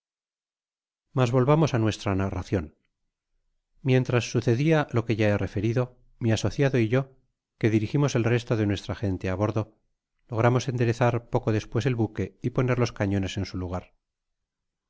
mas volvamos á nuestra narración mientras sucedia lo que ya he referido mi asociado y yo que dirigimos el resto de nuestra gente á bordo logramos enderezar poco despues el buque y poner los cañones en su lugar